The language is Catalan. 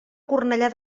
cornellà